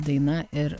daina ir